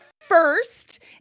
first